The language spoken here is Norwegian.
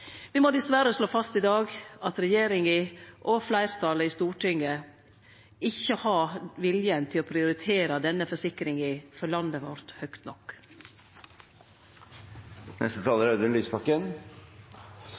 må i dag dessverre slå fast at regjeringa og fleirtalet i Stortinget ikkje har vilje til å prioritere denne forsikringa for landet vårt høgt nok.